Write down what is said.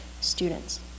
students